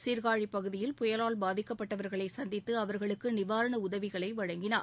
சீர்காழி பகுதியில் புயலால் பாதிக்கப்பட்டவர்களை சந்தித்து அவர்களுக்கு நிவாரண உதவிகளை வழங்கினார்